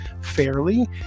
fairly